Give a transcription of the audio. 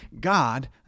God